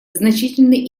значительный